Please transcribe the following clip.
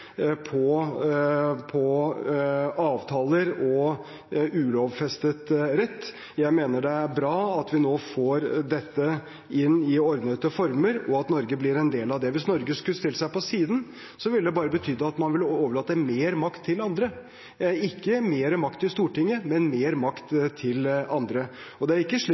på avtaler og ulovfestet rett. Jeg mener det er bra at vi nå får dette inn i ordnede former, og at Norge blir en del av det. Hvis Norge skulle stilt seg på siden, ville det bare betydd at man ville overlate mer makt til andre – ikke mer makt til Stortinget, men mer makt til andre. Det er ikke slik